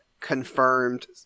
confirmed